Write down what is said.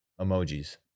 emojis